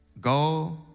go